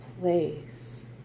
place